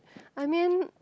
I mean